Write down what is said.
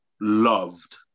loved